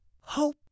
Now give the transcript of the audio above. Hope